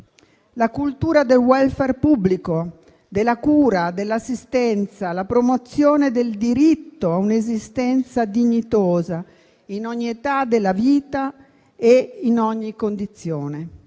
la cultura del *welfare* pubblico, della cura, dell'assistenza, la promozione del diritto a un'esistenza dignitosa in ogni età della vita e in ogni condizione.